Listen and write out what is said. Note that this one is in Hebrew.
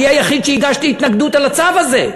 אני היחיד שהגיש התנגדות לצו הזה.